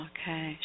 Okay